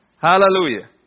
Hallelujah